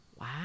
Wow